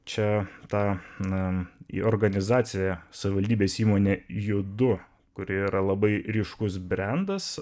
čia tą na į organizaciją savivaldybės įmonė judu kuri yra labai ryškus brendas